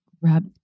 rub